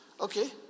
Okay